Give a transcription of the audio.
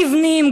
מבנים,